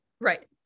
Right